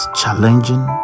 challenging